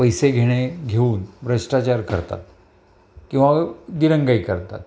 पैसे घेणे घेऊन भ्रष्टाचार करतात किंवा दिरंगाई करतात